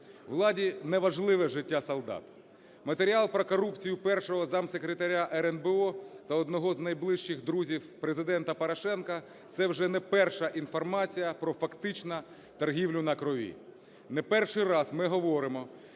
Владі не важливе життя солдат. Матеріал про корупцію першого замсекретаря РНБО та одного з найближчих друзів Президента Порошенка – це вже не перша інформація про фактичну торгівлю на крові. Не перший раз ми говоримо,